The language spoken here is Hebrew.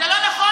זה לא נכון,